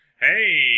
Hey